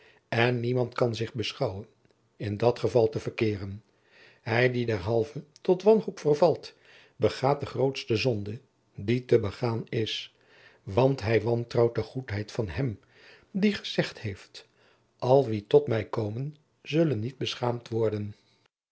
en niemand kan zich beschouwen in dat geval te verkeeren hij die derhalve tot wanhoop vervalt begaat de grootste zonde die te begaan is want hij wantrouwt de goedheid van hem die gezegd heeft al wie tot mij komen zullen niet beschaamd worden